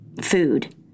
food